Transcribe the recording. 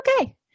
okay